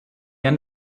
end